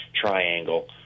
triangle